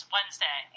Wednesday